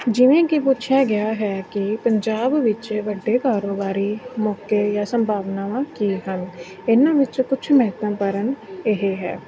ਜਿਵੇਂ ਕਿ ਪੁੱਛਿਆ ਗਿਆ ਹੈ ਕਿ ਪੰਜਾਬ ਵਿੱਚ ਵੱਡੇ ਕਾਰੋਬਾਰੀ ਮੌਕੇ ਜਾਂ ਸੰਭਾਵਨਾਵਾਂ ਕੀ ਹਨ ਇਹਨਾਂ ਵਿੱਚੋਂ ਕੁਛ ਮਹੱਤਵਪੂਰਨ ਇਹ ਹੈ